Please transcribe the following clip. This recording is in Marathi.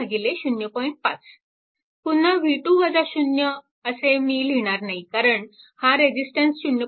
पुन्हा v2 0 हे मी लिहिणार नाही आणि कारण हा रेजिस्टन्स 0